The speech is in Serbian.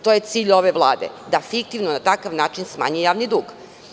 To je cilj ove vlade da fiktivno na takav način smanji javni dug.